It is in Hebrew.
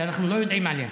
שאנחנו לא יודעים עליהם.